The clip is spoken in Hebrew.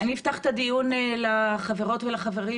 אפתח את הדיון לחברות ולחברים